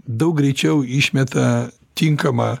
daug greičiau išmeta tinkamą